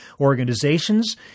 organizations